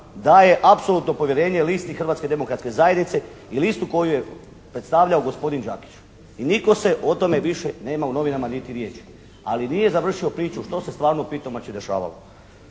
daje apsolutno povjerenje listi Hrvatske demokratske zajednice i listu koju je predstavljao gospodin Đakić i nitko se o tome više nema u novinama niti riječi, ali nije završio priču što se stvarno u Pitomači dešavalo.